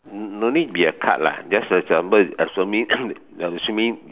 mm no need be a card lah just example assuming